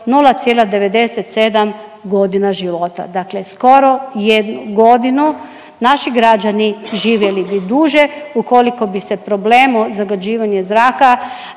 0,97 godina života. Dakle, skoro jednu godinu naši građani živjeli bi duže ukoliko bi se problemu zagađivanja zraka